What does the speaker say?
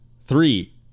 Three